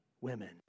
women